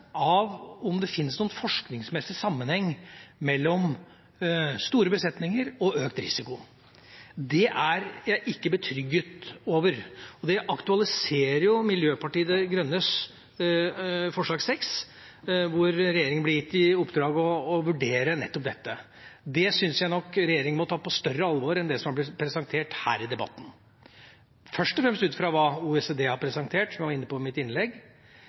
om hvorvidt det finnes noen forskningsmessig sammenheng mellom store besetninger og økt risiko. Det er jeg ikke betrygget over, og det aktualiserer forslag nr. 6 fra Miljøpartiet De Grønne, hvor regjeringen blir gitt i oppdrag å vurdere nettopp dette. Det syns jeg nok regjeringen må ta på større alvor enn det som er blitt presentert her i debatten, først og fremst ut fra hva OECD har presentert, som jeg var inne på i mitt innlegg,